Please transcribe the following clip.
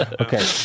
Okay